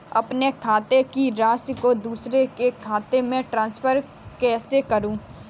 अपने खाते की राशि को दूसरे के खाते में ट्रांसफर कैसे करूँ?